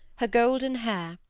her golden hair,